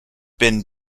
been